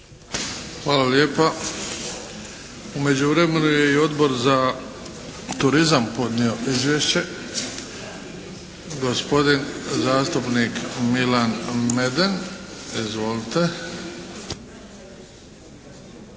Hvala lijepa. U međuvremenu je i Odbor za turizam podnio izvješće. Gospodin zastupnik Milan Meden. Izvolite!